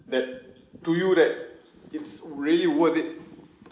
that to you that it's really worth it